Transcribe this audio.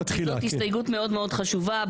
הסתייגות מאוד מאוד חשובה,